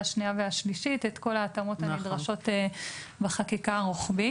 השנייה והשלישית את כל ההתאמות הנדרשות בחקיקה הרוחבית.